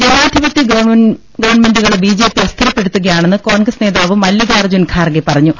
ജനാധിപതൃ ഗ്രവൺമെന്റുകളെ ബിജെപി അസ്ഥിരപ്പെടുത്തുകയാ ണെന്ന് കോൺഗ്രസ് നേതാവ് മല്ലികാർജ്ജുൻ ഖാർഗെ പറഞ്ഞു